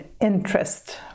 interest